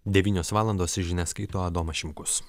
devynios valandos žinias skaito adomas šimkus